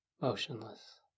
motionless